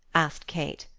asked kate.